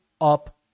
up